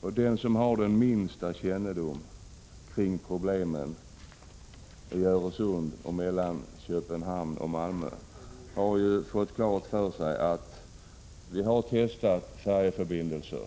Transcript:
Den som har den minsta kännedom om problemen när det gäller Öresund och Köpenhamn-Malmö har fått klart för sig att vi har gjort försök med färjeförbindelser.